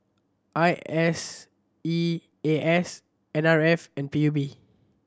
I S E A S N R F and P U B